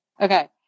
Okay